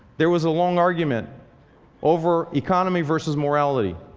there was a long argument over economy versus morality.